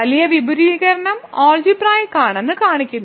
വലിയ വിപുലീകരണം അൾജിബ്രായിക്ക് ആണെന്ന് കാണിക്കുന്നു